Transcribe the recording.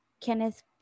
kenneth